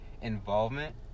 Involvement